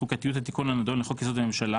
חוקתיות התיקון הנדון לחוק יסוד: הממשלה